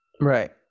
Right